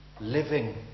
Living